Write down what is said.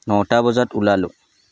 নটা বজাত ওলালোঁ